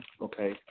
Okay